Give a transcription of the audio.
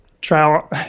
trial